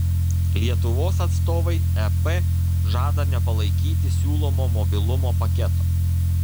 lietuvos atstovai ep žada nepalaikyti siūlomo mobilumo paketo